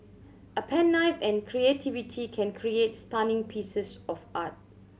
a pen knife and creativity can create stunning pieces of art